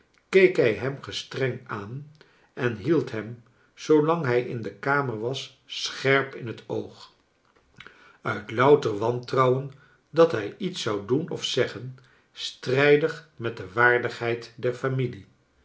keek hij hem gestreng aan en hield hem zoolang hij in de kamer was scherp in het oog uit louter wantrouwen dat hij iets zou doen of zeggen strijdig met de waardigheid der familie